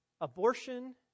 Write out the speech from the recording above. abortion